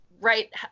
right